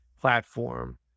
platform